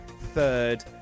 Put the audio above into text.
third